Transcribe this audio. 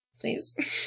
Please